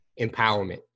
empowerment